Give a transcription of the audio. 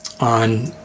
on